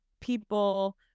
people